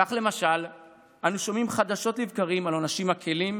כך למשל אנו שומעים חדשות לבקרים על עונשים מקילים